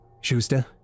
Schuster